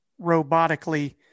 robotically